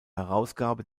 herausgabe